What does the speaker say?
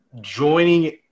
joining